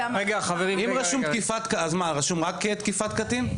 אם רשום תקיפה, רשום רק תקיפת קטין?